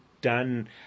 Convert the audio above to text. done